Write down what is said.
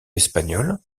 espagnole